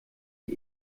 die